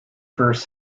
first